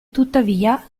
tuttavia